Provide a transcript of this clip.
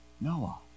Noah